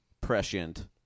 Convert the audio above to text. prescient